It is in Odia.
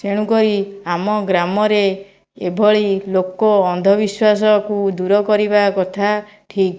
ତେଣୁ କରି ଆମ ଗ୍ରାମରେ ଏଭଳି ଲୋକ ଅନ୍ଧ ବିଶ୍ୱାସକୁ ଦୂରକରିବା କଥା ଠିକ୍